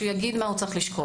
שיגיד מה הוא צריך לשקול.